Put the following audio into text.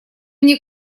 мне